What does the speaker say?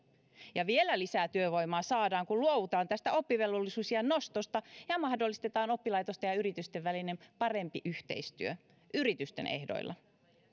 vielä lisää työvoimaa saadaan kun luovutaan tästä oppivelvollisuusiän nostosta ja ja mahdollistetaan oppilaitosten ja yritysten välinen parempi yhteistyö yritysten ehdoilla